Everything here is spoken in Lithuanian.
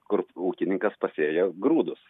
kur ūkininkas pasėjo grūdus